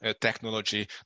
technology